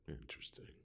interesting